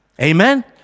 Amen